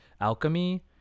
alchemy